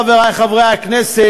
חברי חברי הכנסת,